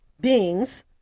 beings